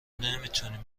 نمیتونیم